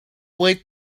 wait